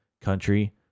country